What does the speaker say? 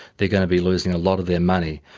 they're going to be losing a lot of their money.